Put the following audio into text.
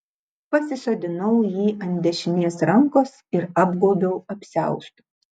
pasisodinau jį ant dešinės rankos ir apgaubiau apsiaustu